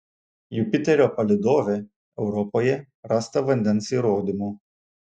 jupiterio palydove europoje rasta vandens įrodymų